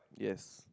yes